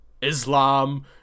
Islam